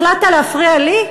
החלטת להפריע לי?